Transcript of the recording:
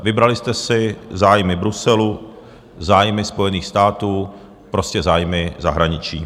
Vybrali jste si zájmy Bruselu, zájmy Spojených států, prostě zájmy zahraničí.